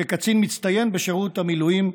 כקצין מצטיין בשירות המילואים,